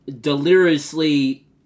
deliriously